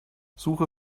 suche